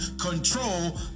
control